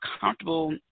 comfortable